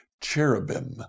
cherubim